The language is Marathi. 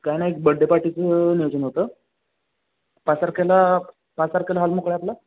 काही नाही एक बड्डे पार्टीचं नियोजन होतं पाच तारखेला पाच तारखेला हॉल मोकळा आहे आपला